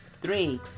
Three